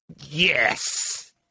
yes